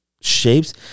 shapes